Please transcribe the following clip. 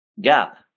gap